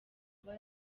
kuba